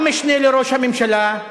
גם משנה לראש הממשלה,